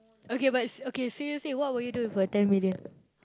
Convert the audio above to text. okay but okay seriously what would you do with a ten million